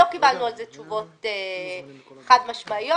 לא קיבלנו על כך תשובות חד משמעיות.